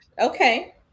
Okay